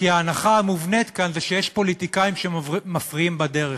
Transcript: כי ההנחה המובנית כאן זה שיש פוליטיקאים שמפריעים בדרך.